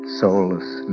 soulless